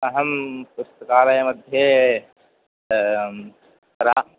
अहं पुस्तकालयमध्ये प्राक्